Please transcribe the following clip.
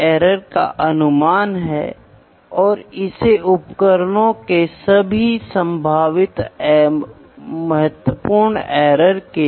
measurement का उपयोग दोनों में किया जाता है भाग के चरण में भी हम इसका उपयोग करते हैं यह महत्वपूर्ण क्यों है